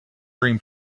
dream